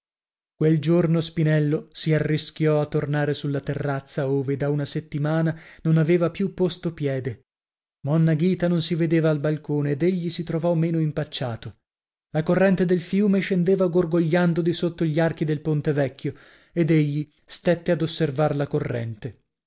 quel giorno spinello si arrischiò a tornare sulla terrazza ove da una settimana non aveva più posto piede monna ghita non si vedeva al balcone ed egli si trovò meno impacciato la corrente del fiume scendeva gorgogliando di sotto gli archi del ponte vecchio ed egli stette ad osservar la corrente